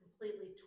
completely